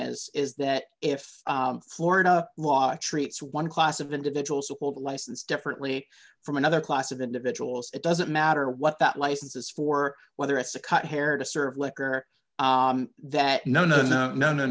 is is that if florida law treats one class of individuals who hold a license differently from another class of individuals it doesn't matter what that license is for whether it's a cut hair to serve liquor that no no no no no